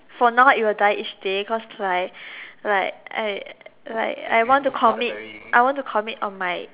for now it will die each day cause like like I like I want to commit I want to commit on my